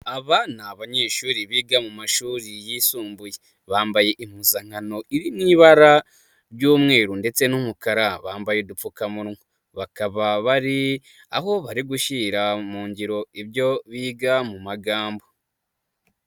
Aba ni abanyeshuri biga mu mashuri yisumbuye, bambaye impuzankano iri mu ibara ry'umweru ndetse n'umukara, bambaye udupfukamunwa, bakaba bari aho bari gushyira mu ngiro ibyo biga mu magambo.